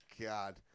God